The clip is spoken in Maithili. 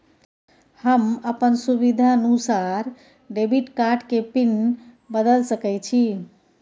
हम अपन सुविधानुसार डेबिट कार्ड के पिन बदल सके छि?